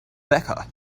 becca